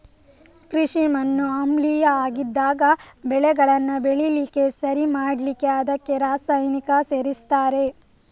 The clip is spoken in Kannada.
ಕೃಷಿ ಮಣ್ಣು ಆಮ್ಲೀಯ ಆಗಿದ್ದಾಗ ಬೆಳೆಗಳನ್ನ ಬೆಳೀಲಿಕ್ಕೆ ಸರಿ ಮಾಡ್ಲಿಕ್ಕೆ ಅದಕ್ಕೆ ರಾಸಾಯನಿಕ ಸೇರಿಸ್ತಾರೆ